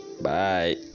Bye